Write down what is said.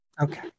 okay